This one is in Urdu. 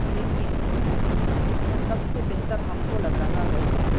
لیکن اس میں سب سے بہتر ہم کو لگ رہا ہے